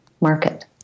market